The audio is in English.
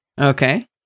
Okay